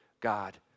God